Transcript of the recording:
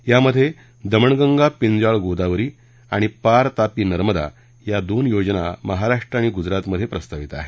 यामध्ये दमणगंगा पिंजाळ गोदावरी आणि पार तापी नर्मदा या दोन योजना महाराष्ट्र आणि गुजरात मध्ये प्रस्तावित आहेत